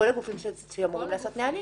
הגופים שאמורים לעשות נהלים.